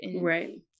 Right